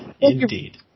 Indeed